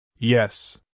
Yes